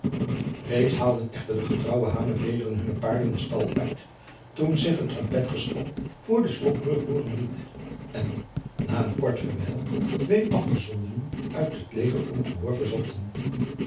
reeds haalden echter de getrouwe hanevederen hunne paarden de stal uit toen zich het trompetgeschal vr de slotbrug hooren liet en na een kort verwijl twee afgezondenen uit het leger om gehoor verzochten